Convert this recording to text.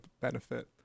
benefit